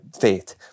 faith